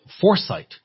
foresight